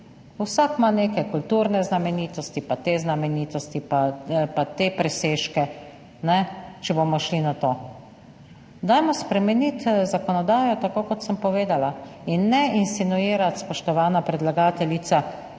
Vsak ima neke kulturne znamenitosti pa te znamenitosti pa te presežke, če bomo šli na to. Dajmo spremeniti zakonodajo, tako, kot sem povedala. Ne insinuirati, spoštovana predlagateljica,